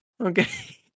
Okay